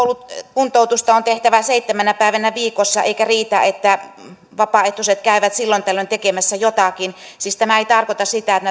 kuntoutusta on tehtävä seitsemänä päivänä viikossa eikä riitä että vapaaehtoiset käyvät silloin tällöin tekemässä jotakin siis tämä ei tarkoita sitä että